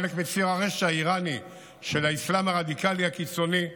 חלק מציר הרשע האיראני של האסלאם הרדיקלי הקיצוני,